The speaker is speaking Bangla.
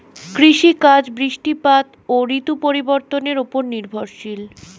কৃষিকাজ বৃষ্টিপাত ও ঋতু পরিবর্তনের উপর নির্ভরশীল